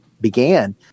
began